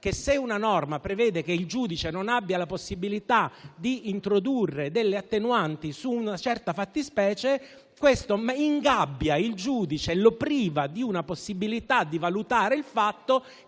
che se una norma prevede che il giudice non abbia la possibilità di introdurre delle attenuanti su una certa fattispecie, questo ingabbia il giudice e lo priva di una possibilità di valutare il fatto